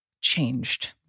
changed